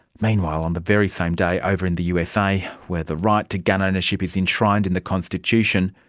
meanwhile, on the very same day over in the usa where the right to gun ownership is enshrined in the constitution,